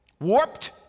warped